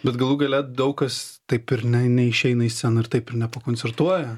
bet galų gale daug kas taip ir ne neišeina į sceną ir taip ir nepakoncertuoja